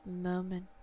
moment